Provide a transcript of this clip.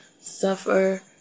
suffer